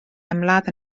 ymladd